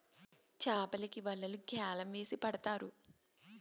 చాపలకి వలలు గ్యాలం వేసి పడతారు